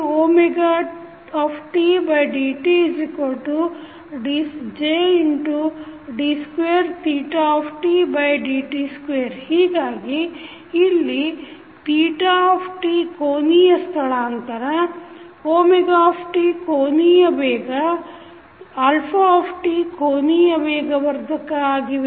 TtJαtJdωdtJd2θdt2 ಹೀಗಾಗಿ ಇಲ್ಲಿ θ ಕೋನೀಯ ಸ್ಥಳಾಂತರ t ಕೋನೀಯ ವೇಗ ಕೋನೀಯ ವೇಗವರ್ಧಕ ಆಗಿವೆ